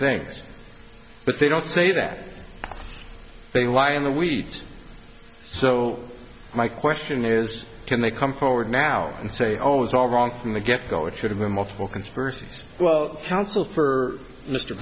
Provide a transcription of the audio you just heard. things but they don't say that they lied in the weeds so my question is can they come forward now and say oh it was all wrong from the get go it should have been multiple conspiracy's well counsel for m